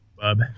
Bub